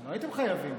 אבל לא הייתם חייבים.